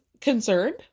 concerned